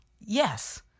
Yes